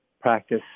practice